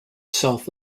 south